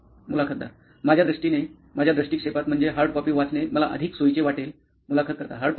मुलाखतदार माझ्या दृष्टीने माझ्या दृष्टिक्षेपात म्हणजे हार्ड कॉपी वाचणे मला अधिक सोयीचे वाटेल मुलाखत कर्ता हार्ड कॉपी